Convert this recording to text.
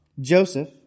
Joseph